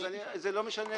זה לא משנה.